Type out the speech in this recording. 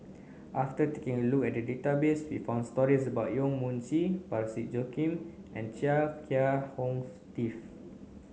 after taking a look at the database we found stories about Yong Mun Chee Parsick Joaquim and Chia Kiah Hong Steve